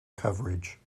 coverage